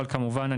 אבל כמובן,